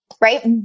Right